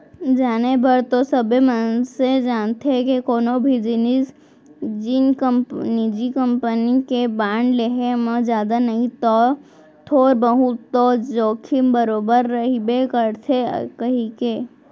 जाने बर तो सबे मनसे जानथें के कोनो भी निजी कंपनी के बांड लेहे म जादा नई तौ थोर बहुत तो जोखिम बरोबर रइबे करथे कइके